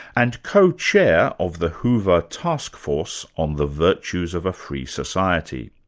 and co-chair of the hoover task force on the virtues of a free society.